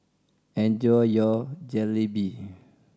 enjoy your Jalebi